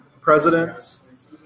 presidents